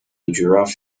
giraffe